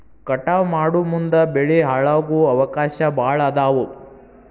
ಕಟಾವ ಮಾಡುಮುಂದ ಬೆಳಿ ಹಾಳಾಗು ಅವಕಾಶಾ ಭಾಳ ಅದಾವ